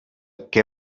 què